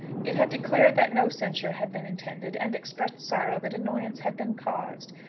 it had declared that no censure had been intended, and expressed sorrow that annoyance had been caused.